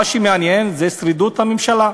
מה שמעניין זה שרידות הממשלה.